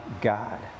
God